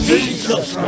Jesus